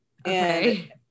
Okay